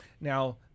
Now